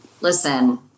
listen